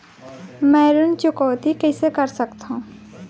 मैं ऋण चुकौती कइसे कर सकथव?